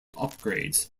upgrades